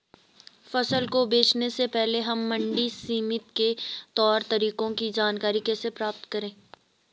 फसल को बेचने से पहले हम मंडी समिति के तौर तरीकों की जानकारी कैसे प्राप्त करें?